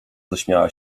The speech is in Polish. zaśmiała